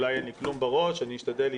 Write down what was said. אולי אין לי כלום בראש, אני אשתדל להשתפר.